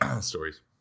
stories